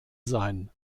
sein